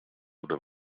oder